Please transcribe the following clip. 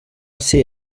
ser